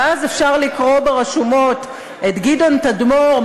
ואז אפשר לקרוא ברשומות את גדעון תדמור,